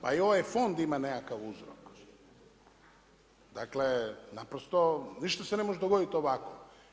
Pa ovaj fond ima nekakav uzrok, dakle naprosto ništa se ne može dogoditi ovako.